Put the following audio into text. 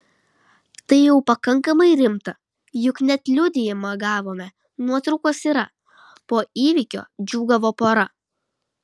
tai jau pakankamai rimta juk net liudijimą gavome nuotraukos yra po įvykio džiūgavo pora